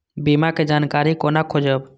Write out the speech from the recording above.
बीमा के जानकारी कोना खोजब?